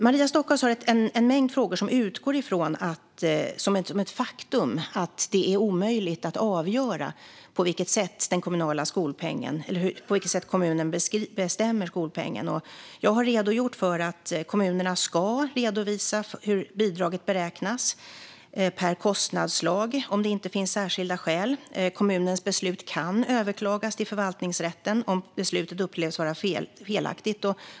Maria Stockhaus har en mängd frågor som utgår från, som ett faktum, att det är omöjligt att avgöra på vilket sätt kommunen bestämmer skolpengen. Jag har redogjort för att kommunerna ska redovisa hur bidraget beräknas per kostnadsslag, om det inte finns särskilda skäl. Kommunens beslut kan överklagas till förvaltningsrätten om beslutet upplevs vara felaktigt.